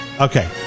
Okay